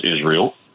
Israel